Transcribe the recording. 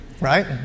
Right